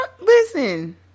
Listen